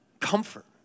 comfort